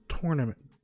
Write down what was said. tournament